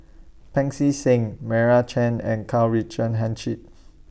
Pancy Seng Meira Chand and Karl Richard